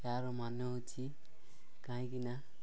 ଏହାର ମାନେ ହେଉଛି କାହିଁକିନା